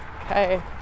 Okay